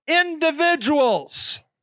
individuals